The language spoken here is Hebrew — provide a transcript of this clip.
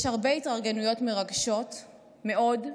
יש הרבה התארגנויות מרגשות מאוד.